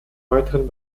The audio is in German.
weiteren